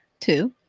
Two